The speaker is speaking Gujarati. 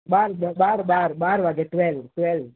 બાર બાર બાર બાર વાગે ટ્વેલ ટ્વેલ